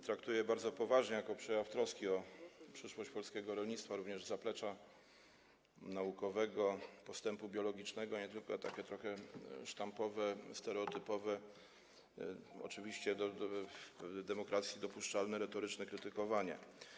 Traktuję je bardzo poważnie jako przejaw troski o przyszłość polskiego rolnictwa, również zaplecza naukowego, postępu biologicznego, a nie tylko jako takie trochę sztampowe, stereotypowe, oczywiście w demokracji dopuszczalne, retoryczne krytykowanie.